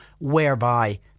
whereby